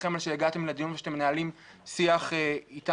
לכם על שהגעתם לדיון ושאתם מנהלים שיח איתנו,